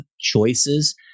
choices